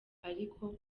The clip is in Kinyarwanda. ariko